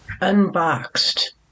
unboxed